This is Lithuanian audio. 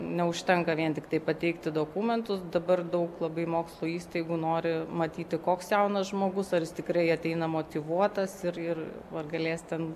neužtenka vien tiktai pateikti dokumentus dabar daug labai mokslo įstaigų nori matyti koks jaunas žmogus ar jis tikrai ateina motyvuotas ir ir ar galės ten